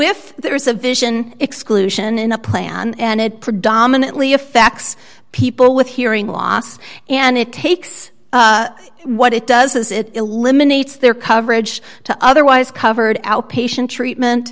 if there is a vision exclusion in the plan and it predominantly effects people with hearing loss and it takes what it does is it eliminates their coverage to otherwise covered outpatient treatment